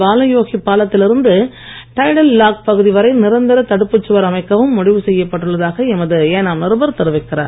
பாலயோகி பாலத்திலிருந்து tidal lock பகுதி வரை நிரந்தர தடுப்புச்சுவர் அமைக்கவும் முடிவு செய்யப்பட்டுள்ளதாக எமது ஏனாம் நிருபர் தெரிவிக்கிறார்